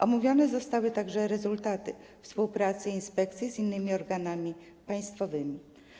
Omówione zostały także rezultaty współpracy inspekcji z innymi organami państwowymi.